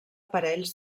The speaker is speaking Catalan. parells